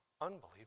Unbelievable